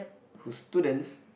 whose students